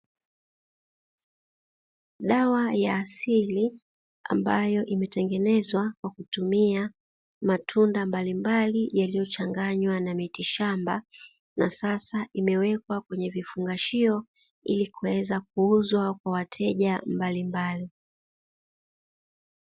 Dawa ya asili ambayo imetengenezwa kwa kutumia matunda mbalimbali, yaliyochangnywa na miti shamba na sasa imewekwa kwenye vifungashio ili iweze kuuzwa kwa wateja mbalimbali.